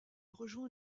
rejoint